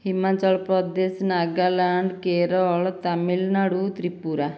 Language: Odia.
ହିମାଚଳପ୍ରଦେଶ ନାଗାଲାଣ୍ଡ କେରଳ ତାମିଲନାଡ଼ୁ ତ୍ରିପୁରା